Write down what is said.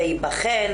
זה ייבחן,